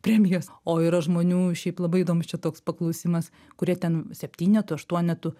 premijos o yra žmonių šiaip labai įdomus čia toks paklausimas kurie ten septynetu aštuonetu